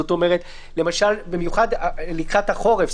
זאת אומרת, במיוחד לקראת החורף.